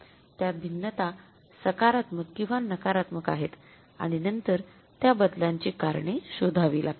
त्या भिन्नता सकारात्मक किंवा नकारात्मक आहेत आणि नंतर त्या बदलांची कारणे शोधावी लागतील